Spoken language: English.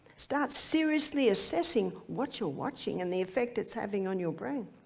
start seriously assessing what you're watching, and the affect it's having on your brain.